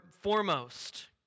foremost